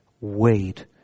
wait